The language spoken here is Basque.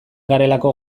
garelako